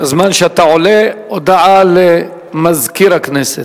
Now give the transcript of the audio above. בזמן שאתה עולה, הודעה למזכיר הכנסת.